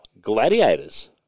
Gladiators